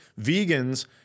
Vegans